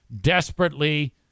desperately